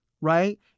right